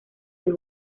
del